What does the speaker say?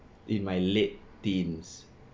in my late teens